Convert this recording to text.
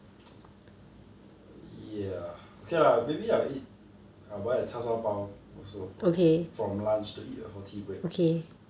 ya okay lah maybe I'll eat I'll buy a 叉烧包 from lunch to eat for tea break